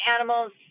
animals